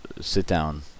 sit-down